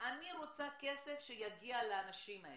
אני רוצה כסף שיגיע לאנשים האלה,